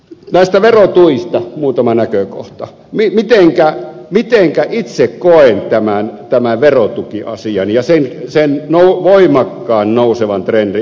näistä verotuista muutama näkökohta liittyen siihen mitenkä itse koen tämän verotukiasian ja sen voimakkaan nousevan trendin